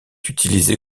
utilisé